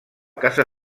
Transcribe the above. casa